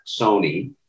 Sony